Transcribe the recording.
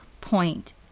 point